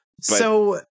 So-